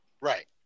Right